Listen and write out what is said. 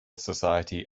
society